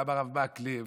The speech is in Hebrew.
גם הרב מקלב,